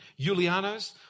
Julianos